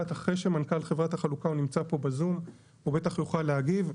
אחרי שמנכ"ל חברת החלוקה שנמצא פה והוא בטח יוכל להגיב.